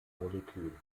molekül